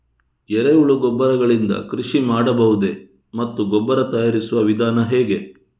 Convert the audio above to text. ಎರೆಹುಳು ಗೊಬ್ಬರ ಗಳಿಂದ ಕೃಷಿ ಮಾಡಬಹುದೇ ಮತ್ತು ಗೊಬ್ಬರ ತಯಾರಿಸುವ ವಿಧಾನ ಹೇಗೆ?